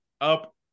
up